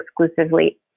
exclusively